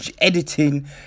editing